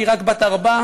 והיא רק בת ארבע,